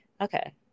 okay